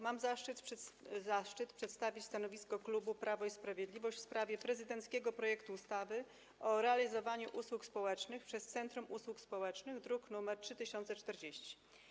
Mam zaszczyt przedstawić stanowisko klubu Prawo i Sprawiedliwość w sprawie prezydenckiego projektu ustawy o realizowaniu usług społecznych przez centrum usług społecznych, druk nr 3040.